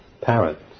parents